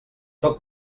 tot